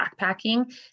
backpacking